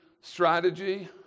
strategy